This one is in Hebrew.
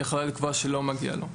היא יכולה לקבוע שלא מגיע לו.